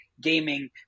gaming